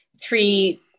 three